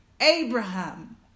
Abraham